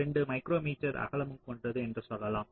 32 micrometre அகலமும் கொண்டது என்று சொல்லலாம்